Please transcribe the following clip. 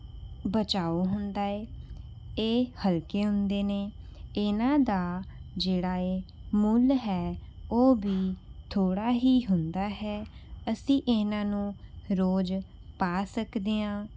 ਬਚਾਅ ਹੁੰਦਾ ਹੈ ਇਹ ਹਲਕੇ ਹੁੰਦੇ ਨੇ ਇਹਨਾਂ ਦਾ ਜਿਹੜਾ ਇਹ ਮੁੱਲ ਹੈ ਉਹ ਵੀ ਥੋੜ੍ਹਾ ਹੀ ਹੁੰਦਾ ਹੈ ਅਸੀਂ ਇਹਨਾਂ ਨੂੰ ਰੋਜ਼ ਪਾ ਸਕਦੇ ਹਾਂ